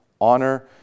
Honor